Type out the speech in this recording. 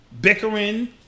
bickering